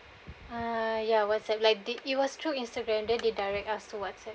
(uh)ya whatsapp like did it was through Instagram then they direct us to whatsapp